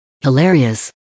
Hilarious